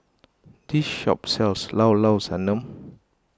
this shop sells Llao Llao Sanum